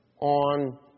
on